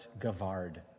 gavard